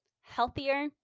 healthier